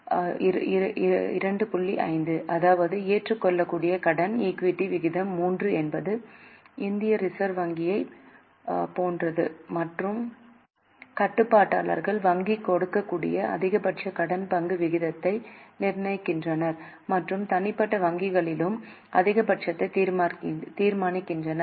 5 அதாவது ஏற்றுக்கொள்ளக்கூடிய கடன் ஈக்விட்டி விகிதம் 3 என்பது இந்திய ரிசர்வ் வங்கியைப் போன்றது மற்றும் கட்டுப்பாட்டாளர்கள் வங்கி கொடுக்கக்கூடிய அதிகபட்ச கடன் பங்கு விகிதத்தை நிர்ணயிக்கின்றனர் மற்றும் தனிப்பட்ட வங்கிகளும் அதிகபட்சத்தை தீர்மானிக்கின்றன